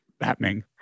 happening